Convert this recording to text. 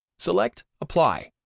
select apply,